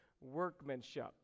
workmanship